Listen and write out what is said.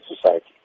society